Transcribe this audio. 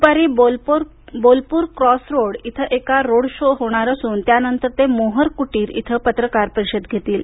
दुपारी Bolpur cross road इथं एक रोड शो होणार असून त्यानंतर ते मोहर कुटीर इथं पत्रकार परिषद घेतील